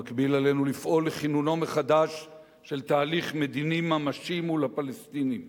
במקביל עלינו לפעול לכינונו מחדש של תהליך מדיני ממשי עם הפלסטינים,